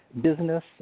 business